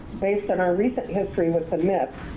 based on our recent history with ah mip,